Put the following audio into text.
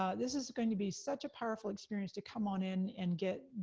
um this is going to be such a powerful experience to come on in, and get,